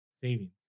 savings